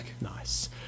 nice